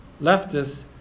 leftists